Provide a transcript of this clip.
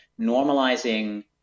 normalizing